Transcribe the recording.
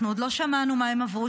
אנחנו עוד לא שמענו מה הן עברו.